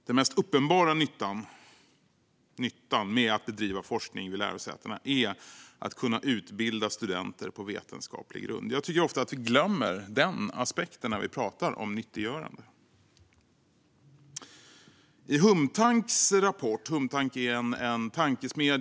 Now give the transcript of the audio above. Den mest uppenbara nyttan med att bedriva forskning vid lärosätena är att kunna utbilda studenter på vetenskaplig grund. Jag tycker ofta att vi glömmer den aspekten när vi talar om nyttiggörande. I Humtanks rapport Humaniora i samhället.